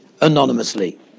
anonymously